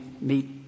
meet